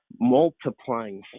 multiplying